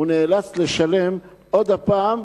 הוא נאלץ לשלם עוד פעם.